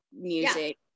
music